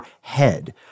head